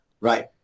right